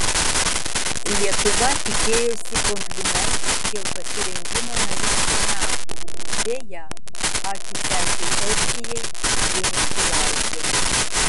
lietuva tikėjosi komplimentų dėl pasirengimo narystei nato deja ačiū sesei estijai jų nesulaukė